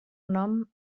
nom